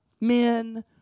men